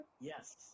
yes